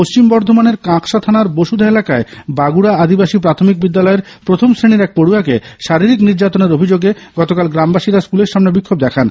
পশ্চিম বর্ধমানের কাঁকসা থানার বসুধা এলাকায় বাগুড়া আদিবাসী প্রাথমিক বিদ্যালয়ের প্রথম শ্রেণীর এক পড়য়াকে শারীরিক নির্যাতনের অভিযোগে গতকাল গ্রামবাসীরা স্কুলের সামনে বিক্ষোভ দেখান